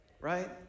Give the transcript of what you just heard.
right